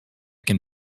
can